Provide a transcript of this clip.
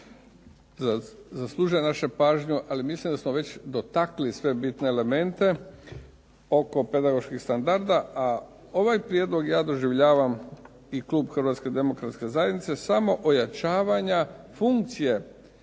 zaslužuje našu pažnju, ali mislim da smo već dotakli sve bitne elemente oko pedagoških standarda, a ovaj prijedlog ja doživljavam i klub Hrvatske demokratske zajednice samo pojačavanja funkcije